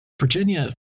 Virginia